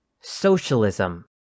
socialism